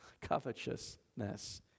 covetousness